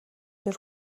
дээр